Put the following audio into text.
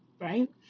right